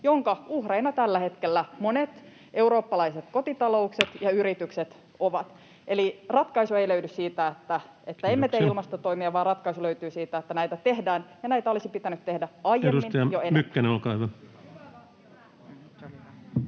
jonka uhreina tällä hetkellä monet eurooppalaiset kotitaloudet ja yritykset ovat. Eli ratkaisu ei löydy siitä, että emme [Puhemies: Kiitoksia!] tee ilmastotoimia, vaan ratkaisu löytyy siitä, että näitä tehdään, ja näitä olisi pitänyt tehdä aiemmin jo enemmän.